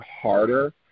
harder